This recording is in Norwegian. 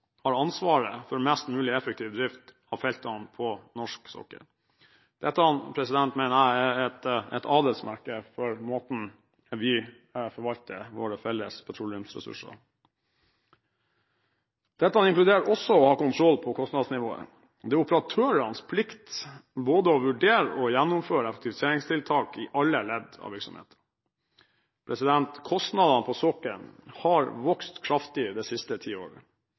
har ansvaret for mest mulig effektiv drift av feltene på norsk sokkel. Dette mener jeg er et adelsmerke for måten vi forvalter våre felles petroleumsressurser på. Dette inkluderer også å ha kontroll på kostnadsnivået. Det er operatørenes plikt både å vurdere og gjennomføre effektiviseringstiltak i alle ledd av virksomheten. Kostnadene på sokkelen har vokst kraftig det siste tiåret.